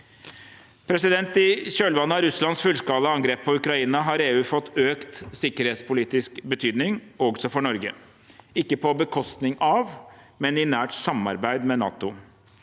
deltakelse. I kjølvannet av Russlands fullskala angrep på Ukraina har EU fått økt sikkerhetspolitisk betydning, også for Norge. Det skjer ikke på bekostning av, men i nært samarbeid med, NATO